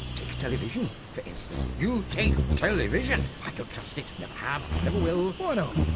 take television, for instance, you take television, i don't trust it. never have, never will why not?